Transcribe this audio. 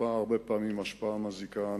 הרבה פעמים השפעה מזיקה.